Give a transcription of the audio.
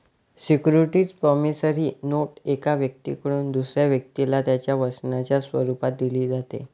security promissory note एका व्यक्तीकडून दुसऱ्या व्यक्तीला त्याच्या वचनाच्या स्वरूपात दिली जाते